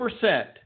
percent